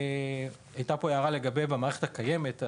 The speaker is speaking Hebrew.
הייתה פה הערה לגבי המערכת הקיימת,